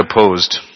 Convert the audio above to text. opposed